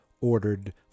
ordered